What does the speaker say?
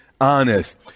honest